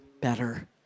better